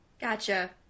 Gotcha